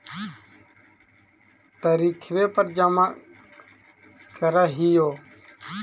तरिखवे पर जमा करहिओ?